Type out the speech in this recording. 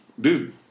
dude